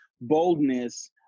boldness